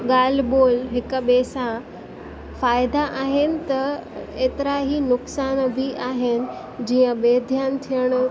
ॻाल्हि ॿोल हिक ॿिए सां फ़ाइदा आहिनि त एतिरा ई नुकसान बि आहिनि जीअं बेध्यानु थियणो